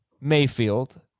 Mayfield